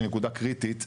היא נקודה קריטית,